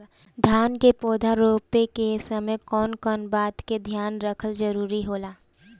धान के पौधा रोप के समय कउन कउन बात के ध्यान रखल जरूरी होला?